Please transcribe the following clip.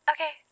Okay